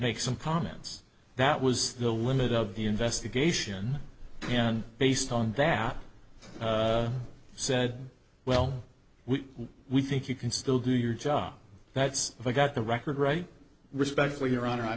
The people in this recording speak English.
make some comments that was the limit of the investigation and based on that said well we we think you can still do your job that's if i got the record right respectfully